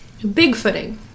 bigfooting